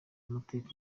amateka